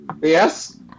Yes